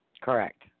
Correct